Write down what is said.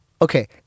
Okay